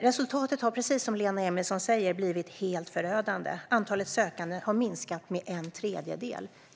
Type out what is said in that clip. Resultatet har, precis som Lena Emilsson säger, blivit helt förödande. Antalet sökande har minskat med en tredjedel.